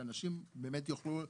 שאנשים באמת יוכלו,